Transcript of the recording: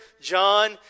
John